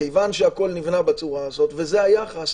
כיוון שהכול נבנה בצורה הזאת וזה היחס,